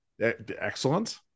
Excellent